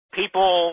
people